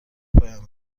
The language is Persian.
پایان